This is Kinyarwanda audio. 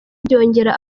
byongera